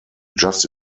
just